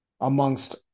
amongst